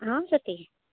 ହଁ ସେତିକି